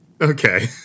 okay